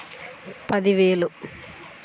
నేను ఎంత నగదు డిపాజిట్ చేయగలను?